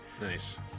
Nice